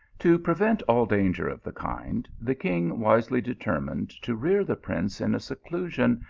to prevent all danger of the kind, the king wisely determined to rear the prince in a seclusion,